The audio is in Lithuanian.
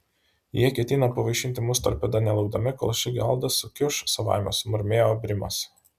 jie ketina pavaišinti mus torpeda nelaukdami kol ši gelda sukiuš savaime sumurmėjo brimas